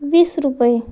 वीस रुपये